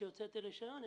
כשהוצאתי רישיון,